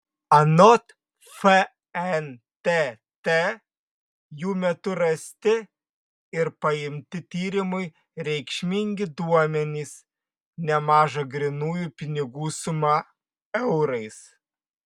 anot fntt jų metu rasti ir paimti tyrimui reikšmingi duomenys nemaža grynųjų pinigų suma eurais